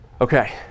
Okay